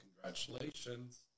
congratulations